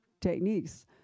techniques